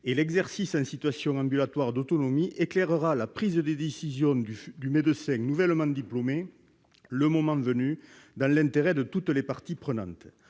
et la pratique ambulatoire en autonomie éclairera la prise de décision du médecin nouvellement diplômé, le moment venu, dans l'intérêt de toutes les parties prenantes.